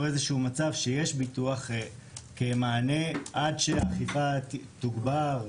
איזשהו מצב שיש ביטוח כמענה עד שהאכיפה תוגבר.